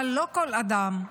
אבל לא כל אדם,